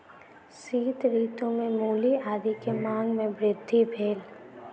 शीत ऋतू में मूली आदी के मांग में वृद्धि भेल